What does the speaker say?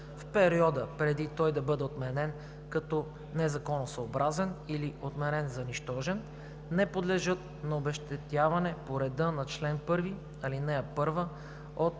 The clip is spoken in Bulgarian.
в периода, преди той да бъде отменен като незаконосъобразен или отменен за нищожен, не подлежат на обезщетяване по реда на чл. 1, ал. 1 от